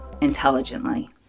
intelligently